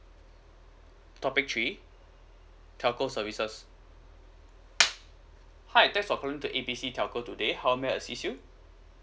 topic three telco services hi thanks for calling A B C telco today how may I assist you